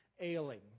ailing